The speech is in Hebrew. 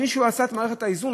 מישהו עשה את מערכת האיזונים?